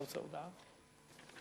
ההצעה להעביר את